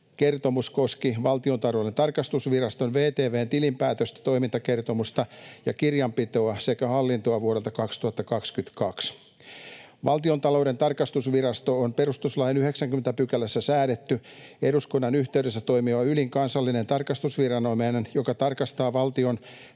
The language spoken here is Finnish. koski Valtionta-louden tarkastusviraston, VTV:n, tilinpäätöstä, toimintakertomusta ja kirjanpitoa sekä hallintoa vuodelta 2022. Valtiontalouden tarkastusvirasto on perustuslain 90 §:ssä säädetty, eduskunnan yhteydessä toimiva ylin kansallinen tarkastusviranomainen, joka tarkastaa valtion